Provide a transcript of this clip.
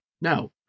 No